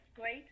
great –